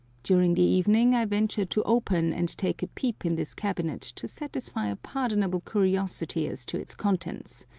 during the evening i venture to open and take a peep in this cabinet to satisfy a pardonable curiosity as to its contents.